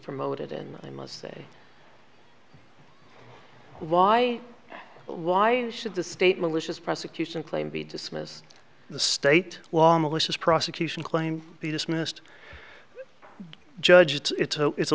promoted and i must say why why should the state malicious prosecution claim be dismissed the state well malicious prosecution claim he dismissed judge it's a it's a